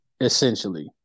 Essentially